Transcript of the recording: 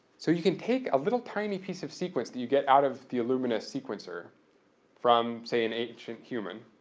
so you can take a little tiny piece of sequence that you get out of the illumina sequencer from say an ancient human,